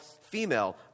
female